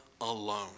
alone